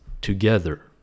together